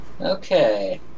Okay